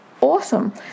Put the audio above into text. Awesome